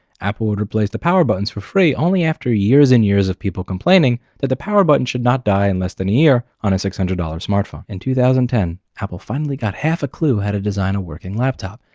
apple would replace the power buttons for free only after years and years of people complaining that the power button should not die in less than a year on a six hundred dollars smartphone. in two thousand and ten apple finally got half a clue how to design a working laptop.